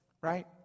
right